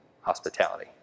hospitality